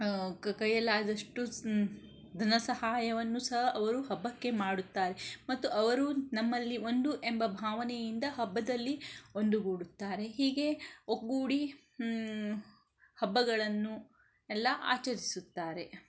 ಕ್ ಕೈಯಲ್ಲಾದಷ್ಟು ಧನ ಸಹಾಯವನ್ನು ಸಹ ಅವರು ಹಬ್ಬಕ್ಕೆ ಮಾಡುತ್ತಾರೆ ಮತ್ತು ಅವರೂ ನಮ್ಮಲ್ಲಿ ಒಂದು ಎಂಬ ಭಾವನೆಯಿಂದ ಹಬ್ಬದಲ್ಲಿ ಒಂದುಗೂಡುತ್ತಾರೆ ಹೀಗೆ ಒಗ್ಗೂಡಿ ಹಬ್ಬಗಳನ್ನು ಎಲ್ಲ ಆಚರಿಸುತ್ತಾರೆ